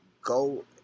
go